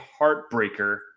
heartbreaker